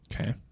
Okay